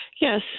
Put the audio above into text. Yes